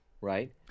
right